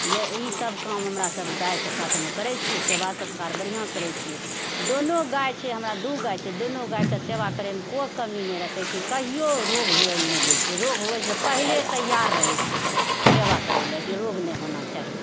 यहीसभ काम हमरासभ गायके साथमे करैत छियै सेवा सत्कार बढ़िआँ करैत छियै दुनू गाय छै हमरा दू गाय छै दुनू गायके सेवा करैमे कोइ कमी नहि रखैत छियै कहिओ रोग हुवै लेल नहि दैत छियै रोग होइसँ पहले तैआर रहैत छियै ओकर सेवा करै लेल कि रोग नहि होना चाही